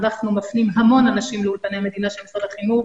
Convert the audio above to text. אנחנו מפנים המון אנשים לאולפני המדינה של משרד החינוך,